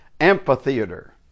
amphitheater